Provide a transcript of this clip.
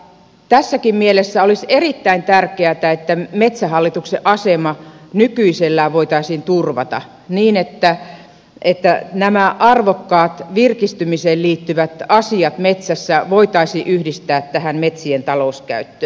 tässäkin mielessä olisi erittäin tärkeätä että metsähallituksen asema nykyisellään voitaisiin turvata niin että nämä arvokkaat virkistymiseen liittyvät asiat metsässä voitaisiin yhdistää tähän metsien talouskäyttöön